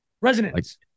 Resonance